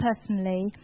personally